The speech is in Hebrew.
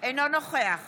אינו נוכח